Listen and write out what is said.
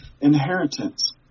inheritance